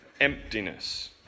emptiness